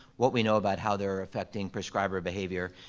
what we know about how they're affecting prescriber behavior,